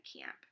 camp